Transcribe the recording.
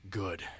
good